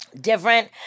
Different